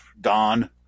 don